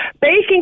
baking